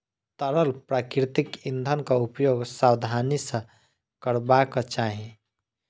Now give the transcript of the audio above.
तरल प्राकृतिक इंधनक उपयोग सावधानी सॅ करबाक चाही